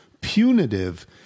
punitive